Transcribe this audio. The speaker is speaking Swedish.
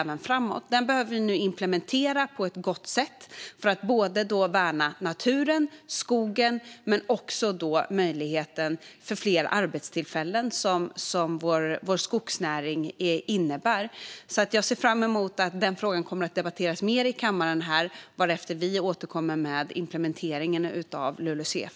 Vi behöver nu implementera det på ett gott sätt för att värna både naturen och skogen men också den möjlighet till fler arbetstillfällen som vår skogsnäring innebär. Jag ser fram emot att denna fråga ska debatteras mer här i kammaren, varefter vi återkommer med implementeringen av LULUCF.